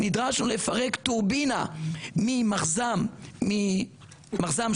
נדרשנו לפרק טורבינה ממחז"מ 80,